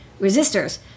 resistors